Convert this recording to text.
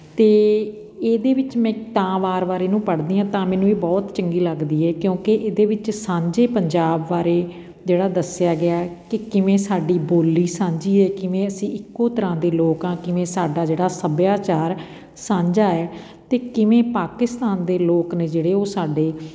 ਅਤੇ ਇਹਦੇ ਵਿੱਚ ਮੈਂ ਤਾਂ ਵਾਰ ਵਾਰ ਇਹਨੂੰ ਪੜ੍ਹਦੀ ਹਾਂ ਤਾਂ ਮੈਨੂੰ ਇਹ ਬਹੁਤ ਚੰਗੀ ਲਗਦੀ ਹੈ ਕਿਉਂਕਿ ਇਹਦੇ ਵਿੱਚ ਸਾਂਝੇ ਪੰਜਾਬ ਬਾਰੇ ਜਿਹੜਾ ਦੱਸਿਆ ਗਿਆ ਕਿ ਕਿਵੇਂ ਸਾਡੀ ਬੋਲੀ ਸਾਂਝੀ ਹੈ ਕਿਵੇਂ ਅਸੀਂ ਇੱਕੋ ਤਰ੍ਹਾਂ ਦੇ ਲੋਕ ਹਾਂ ਕਿਵੇਂ ਸਾਡਾ ਜਿਹੜਾ ਸੱਭਿਆਚਾਰ ਸਾਂਝਾ ਹੈ ਅਤੇ ਕਿਵੇਂ ਪਾਕਿਸਤਾਨ ਦੇ ਲੋਕ ਨੇ ਜਿਹੜੇ ਓਹ ਸਾਡੇ